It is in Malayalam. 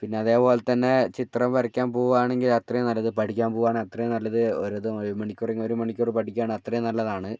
പിന്നെ അതെപോലതന്നെ ചിത്രം വരയ്ക്കാൻ പോവുകയാണെങ്കിൽ അത്രയും നല്ലത് പഠിക്കാൻ പോവുകയാണെങ്കിൽ അത്രയും നല്ലത് ഒരു ഒരു മണിക്കൂറെങ്കിലും ഒരു മണിക്കൂർ പഠിക്കുകയാണെങ്കിൽ അത്രയും നല്ലതാണ്